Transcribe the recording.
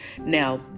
Now